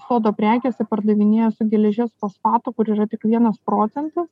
sodo prekėse pardavinėja su geležies fosfatu kur yra tik vienas procentas